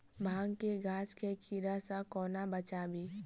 भांग केँ गाछ केँ कीड़ा सऽ कोना बचाबी?